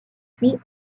puis